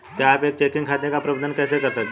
आप एक चेकिंग खाते का प्रबंधन कैसे करते हैं?